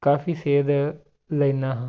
ਕਾਫੀ ਸੇਧ ਲੈਂਦਾ ਹਾਂ